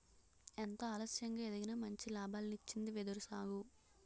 ఎంతో ఆలస్యంగా ఎదిగినా మంచి లాభాల్నిచ్చింది వెదురు సాగు